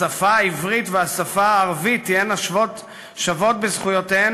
השפה העברית והשפה הערבית תהיינה שוות בזכויותיהן